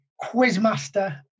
quizmaster